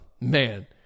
man